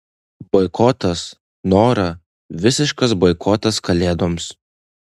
boikotas nora visiškas boikotas kalėdoms